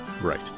Right